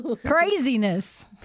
Craziness